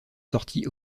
sortis